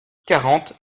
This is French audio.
quarante